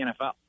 NFL